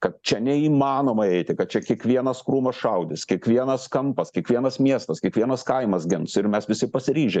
kad čia neįmanoma eiti kad čia kiekvienas krūmas šaudys kiekvienas kampas kiekvienas miestas kiekvienas kaimas gins ir mes visi pasiryžę